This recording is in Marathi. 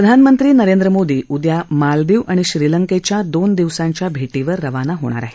प्रधानमंत्री नरेंद्र मोदी उद्या मालदीव आणि श्रीलंकेच्या दोन दिवसांच्या भेटीवर रवाना होणार आहेत